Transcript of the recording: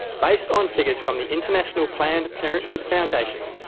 based on figures from the international planned parenthood foundation,